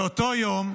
באותו יום,